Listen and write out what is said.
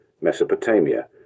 Mesopotamia